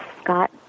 Scott